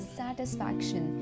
satisfaction